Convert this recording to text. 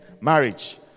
marriage